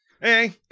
hey